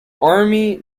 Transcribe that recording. army